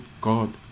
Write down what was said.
God